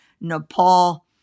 Nepal